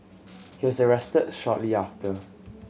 he was arrested shortly after